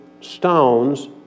stones